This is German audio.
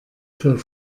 für